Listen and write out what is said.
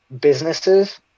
businesses